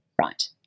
right